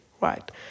right